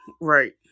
right